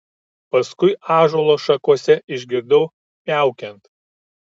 paskui ąžuolo šakose išgirdau miaukiant